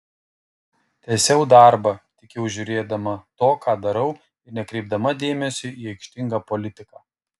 tęsiau darbą tik jau žiūrėdama to ką darau ir nekreipdama dėmesio į aikštingą politiką